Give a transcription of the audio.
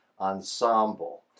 ensemble